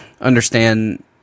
understand